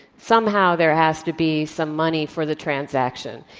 somehow there has to be some money for the transaction.